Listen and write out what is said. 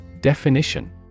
Definition